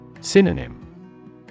Synonym